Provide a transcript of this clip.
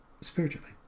spiritually